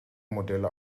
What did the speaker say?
modelle